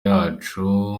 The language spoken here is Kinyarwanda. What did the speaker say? yacu